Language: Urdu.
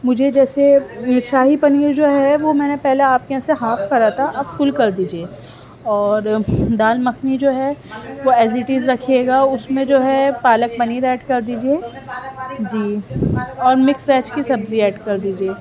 مجھے جیسے شاہی پنیر جو ہے وہ میں نے پہلے آپ کے یہاں سے ہاف کرا تھا اب فل کر دیجیے اور دال مکھنی جو ہے وہ ایز اٹ از رکھیے گا اس میں جو ہے پالک پنیر ایڈ کر دیجیے جی اور مکس ویج کی سبزی ایڈ کر دیجیے